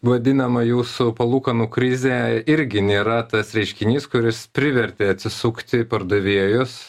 vadinama jūsų palūkanų krizė irgi nėra tas reiškinys kuris privertė atsisukti į pardavėjus